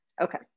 Okay